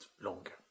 longer